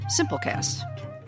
Simplecast